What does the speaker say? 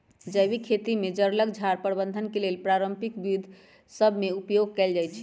जैविक खेती में जङगल झार प्रबंधन के लेल पारंपरिक विद्ध सभ में उपयोग कएल जाइ छइ